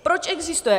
Proč existuje?